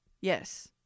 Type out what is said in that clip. Yes